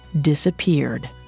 disappeared